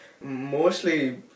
Mostly